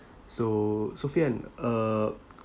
so sophian uh